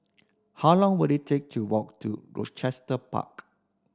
how long will it take to walk to Rochester Park